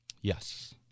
Yes